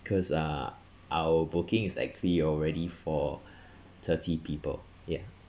cause uh our booking is actually already for thirty people ya